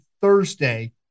Thursday